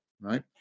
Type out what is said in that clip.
right